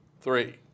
Three